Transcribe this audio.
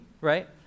right